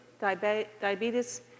diabetes